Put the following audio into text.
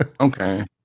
Okay